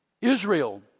Israel